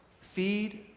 feed